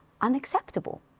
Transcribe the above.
unacceptable